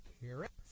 carrots